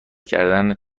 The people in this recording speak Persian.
کردن